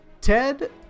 Ted